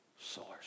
source